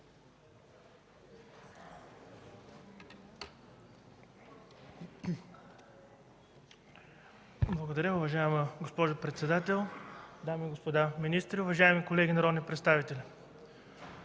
Благодаря. Уважаема госпожо председател, дами и господа министри, уважаеми колеги народни представители!